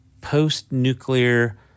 post-nuclear